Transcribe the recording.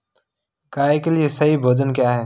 गाय के लिए सही भोजन क्या है?